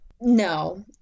No